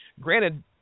Granted